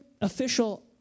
official